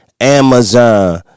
Amazon